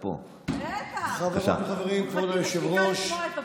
חבר הכנסת מנסור עבאס,